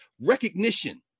recognition